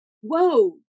whoa